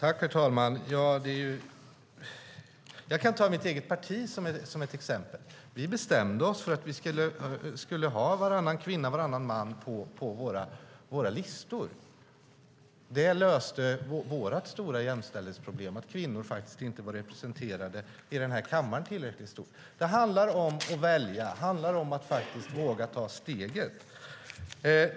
Herr talman! Jag kan ta mitt eget parti som exempel. Vi bestämde oss för att vi skulle ha varannan kvinna och varannan man på våra listor. Det löste vårt stora jämställdhetsproblem, att kvinnor inte var representerade här i kammaren tillräckligt mycket. Det handlar om att välja. Det handlar om att våga ta steget.